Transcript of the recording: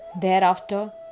Thereafter